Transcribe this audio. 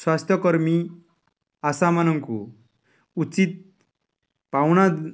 ସ୍ୱାସ୍ଥ୍ୟକର୍ମୀ ଆଶାମାନଙ୍କୁ ଉଚିତ୍ ପାଉଣା